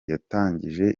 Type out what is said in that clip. yatangije